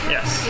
Yes